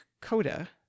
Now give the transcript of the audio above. coda